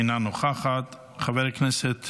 אינה נוכחת, חבר הכנסת